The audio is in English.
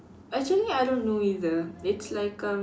actually I don't know either it's like um